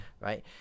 right